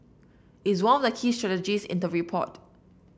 it's one of the key strategies in the report